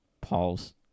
paul's